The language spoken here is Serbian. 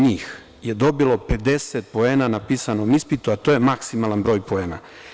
NJih 85% je dobilo 50 poena na pisanom ispitu, a to je maksimalan broj poena.